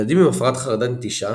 ילדים עם הפרעת חרדת נטישה